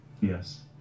Yes